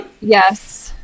yes